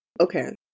okay